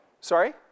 Sorry